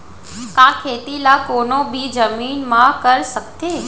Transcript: का खेती ला कोनो भी जमीन म कर सकथे?